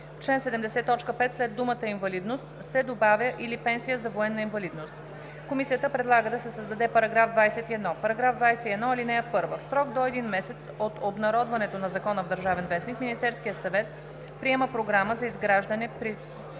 чл. 70, т. 5 след думата „инвалидност“ се добавя „или пенсия за военна инвалидност“. Комисията предлага да се създаде § 21: „§ 21. (1) В срок до един месец от обнародването на закона в „Държавен вестник“ Министерският съвет приема програма за изграждане,